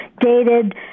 dated